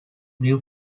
brew